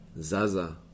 Zaza